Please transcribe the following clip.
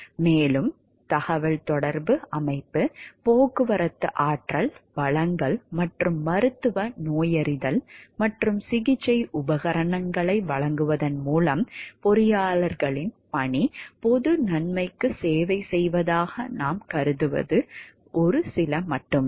மேலும் தகவல் தொடர்பு அமைப்பு போக்குவரத்து ஆற்றல் வளங்கள் மற்றும் மருத்துவ நோயறிதல் மற்றும் சிகிச்சை உபகரணங்களை வழங்குவதன் மூலம் பொறியாளரின் பணி பொது நன்மைக்கு சேவை செய்வதாக நாம் கருதுவது ஒரு சில மட்டுமே